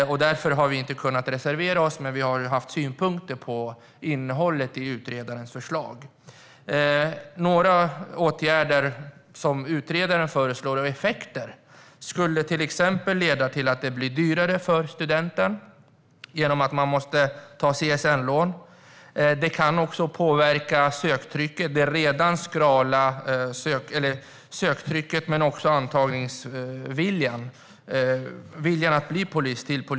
Därför har vi inte kunnat reservera oss, men vi har haft synpunkter på innehållet i utredarens förslag. Några åtgärder som utredaren föreslår skulle till exempel leda till att det blir dyrare för studenten genom att man måste ta CSN-lån. De kan också påverka söktrycket och viljan att bli polis.